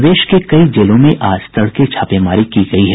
प्रदेश के कई जेलों में आज तड़के छापेमारी की गयी है